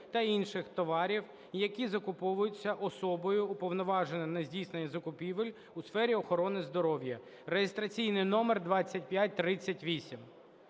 та інших товарів, які закуповуються Особою, уповноваженою на здійснення закупівель у сфері охорони здоров'я (реєстраційний номер 2538).